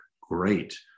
Great